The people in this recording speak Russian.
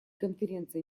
конференция